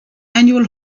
annual